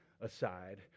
aside